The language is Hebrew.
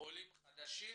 עולים חדשים,